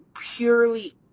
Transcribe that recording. purely